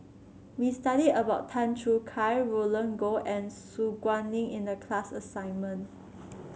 we studied about Tan Choo Kai Roland Goh and Su Guaning in the class assignment